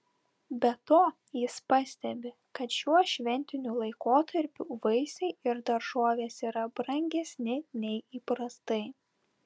be to jis pastebi kad šiuo šventiniu laikotarpiu vaisiai ir daržovės yra brangesni nei įprastai